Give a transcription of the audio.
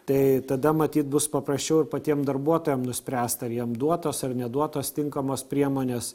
tai tada matyt bus paprasčiau ir patiem darbuotojam nuspręst ar jiem duotos ar neduotos tinkamos priemonės